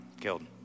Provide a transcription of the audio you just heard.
killed